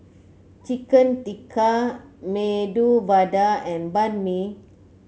Chicken Tikka Medu Vada and Banh Mi